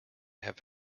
have